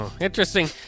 Interesting